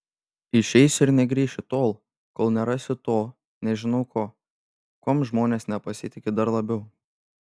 išeisiu ir negrįšiu tol kol nerasiu to nežinau ko kuom žmonės nepasitiki dar labiau